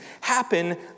happen